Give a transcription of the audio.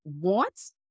wants